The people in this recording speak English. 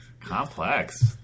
Complex